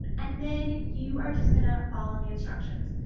and then you are just gonna follow the instructions.